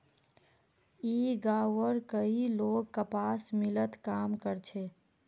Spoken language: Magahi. ई गांवउर कई लोग कपास मिलत काम कर छे